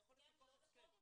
לא מכוח החוק?